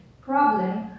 problem